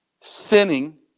sinning